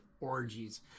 orgies